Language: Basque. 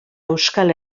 euskal